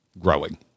Growing